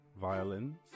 violin